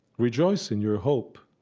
rejoice in your hope.